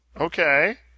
Okay